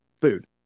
food